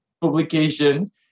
publication